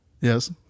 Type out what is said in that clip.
Yes